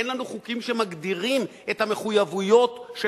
אין לנו חוקים שמגדירים את המחויבויות של